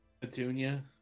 Petunia